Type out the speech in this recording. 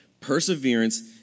perseverance